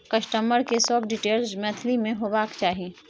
customer के सब detail Maithili में होबाक चाही